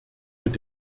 mit